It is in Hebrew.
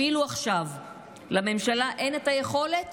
אפילו עכשיו לממשלה אין היכולת